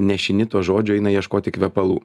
nešini tuo žodžiu eina ieškoti kvepalų